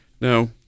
Now